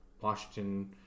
Washington